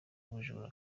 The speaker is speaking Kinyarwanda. ubujura